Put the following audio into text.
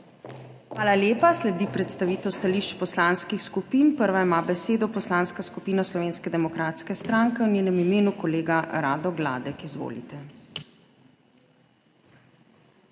Hvala lepa. Sledi predstavitev stališč poslanskih skupin. Prva ima besedo Poslanska skupina Slovenske demokratske stranke, v njenem imenu kolega Rado Gladek. Izvolite.